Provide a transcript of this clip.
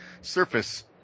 Surface